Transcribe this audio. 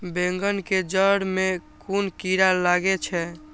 बेंगन के जेड़ में कुन कीरा लागे छै?